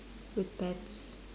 with pets